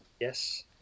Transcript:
Yes